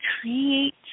create